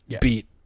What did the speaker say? beat